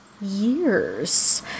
years